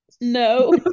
No